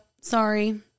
sorry